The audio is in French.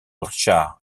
richard